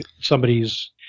somebody's